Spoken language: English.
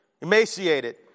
emaciated